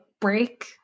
break